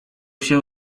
się